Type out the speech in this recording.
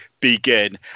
begin